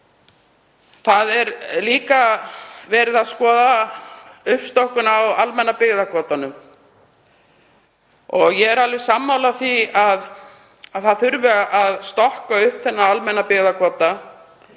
Það er líka verið að skoða uppstokkun á almenna byggðakvótanum. Ég er alveg sammála því að stokka þurfi upp þennan almenna byggðakvóta.